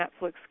Netflix